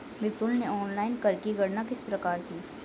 विपुल ने ऑनलाइन कर की गणना किस प्रकार की?